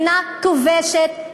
מדינה כובשת,